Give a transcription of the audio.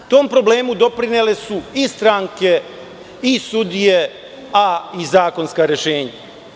Tom problemu doprinele su i stranke i sudije a i zakonska rešenja.